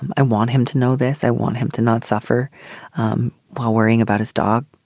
i want him to know this. i want him to not suffer um while worrying about his dog.